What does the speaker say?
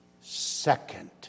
second